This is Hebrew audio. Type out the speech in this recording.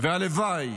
הלוואי,